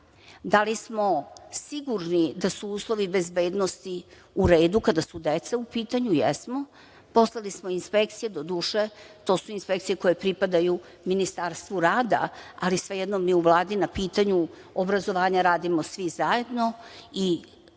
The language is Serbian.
li smo sigurni da su uslovi bezbednosti u redu kada su deca u pitanju? Jesmo. Poslali smo inspekcije, doduše, to su inspekcije koje pripadaju Ministarstvu rada, ali svejedno mi u Vladi na pitanju obrazovanja radimo svi zajedno i